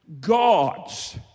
God's